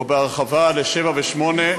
או בהרחבה לשבע ושמונה.